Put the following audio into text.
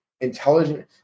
intelligent